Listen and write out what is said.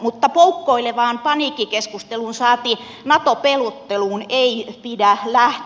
mutta poukkoilevaan paniikkikeskusteluun saati nato pelotteluun ei pidä lähteä